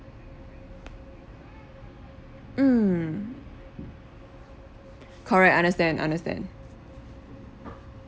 mm correct understand understand